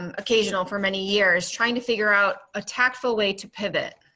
um occasional for many years? trying to figure out a tactful way to pivot.